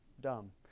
dumb